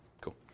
Cool